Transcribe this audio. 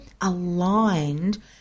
aligned